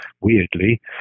weirdly